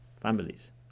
families